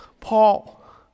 Paul